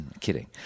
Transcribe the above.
kidding